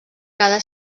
cada